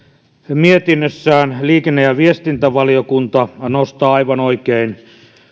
mietinnössään liikenne ja viestintävaliokunta nostaa aivan oikein